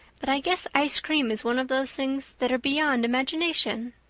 but i guess ice cream is one of those things that are beyond imagination.